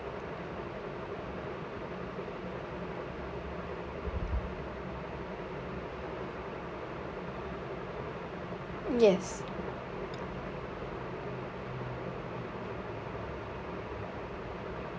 yes